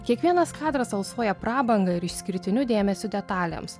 kiekvienas kadras alsuoja prabanga ir išskirtiniu dėmesiu detalėms